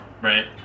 right